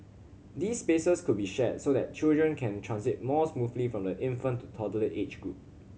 these spaces could be shared so that children can transit more smoothly from the infant to toddler age group